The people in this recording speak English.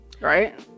Right